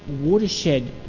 watershed